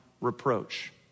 reproach